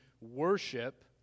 worship